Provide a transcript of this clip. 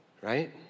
right